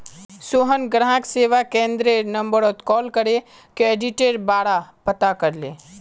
सोहन ग्राहक सेवा केंद्ररेर नंबरत कॉल करे क्रेडिटेर बारा पता करले